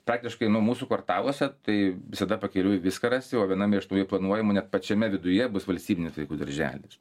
praktiškai nu mūsų kvartaluose tai visada pakeliui viską rasi o vienam iš tų jų planuojamų net pačiame viduje bus valstybinis vaikų darželis